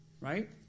right